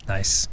Nice